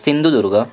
Sindhudurg